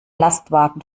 lastwagen